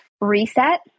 reset